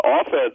Offense